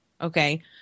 Okay